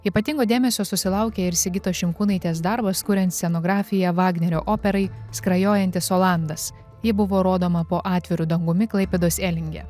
ypatingo dėmesio susilaukė ir sigitos šimkūnaitės darbas kuriant scenografiją vagnerio operai skrajojantis olandas ji buvo rodoma po atviru dangumi klaipėdos elinge